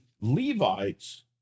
Levites